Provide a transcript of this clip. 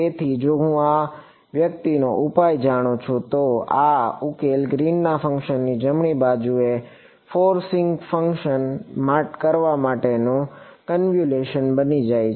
તેથી જો હું આ વ્યક્તિનો ઉપાય જાણું છું તો હું આ ઉકેલ ગ્રીન ફંક્શનની જમણી બાજુએ ફોરસિંગ ફંકશન કરવા માટેનું કન્વ્યુલેશન બની જાય છે